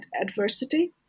adversity